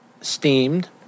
steamed